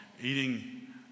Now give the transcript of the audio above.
eating